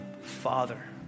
Father